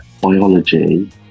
biology